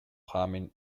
harming